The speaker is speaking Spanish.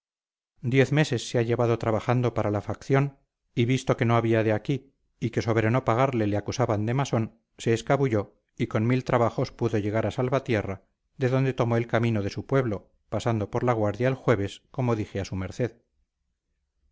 diez meses se ha llevado trabajando para la facción y visto que no había de aquí y que sobre no pagarle le acusaban de masón se escabulló y con mil trabajos pudo llegar a salvatierra de donde tomó el camino de su pueblo pasando por la guardia el jueves como dije a su merced